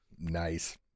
Nice